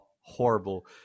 horrible